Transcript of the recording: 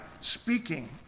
speaking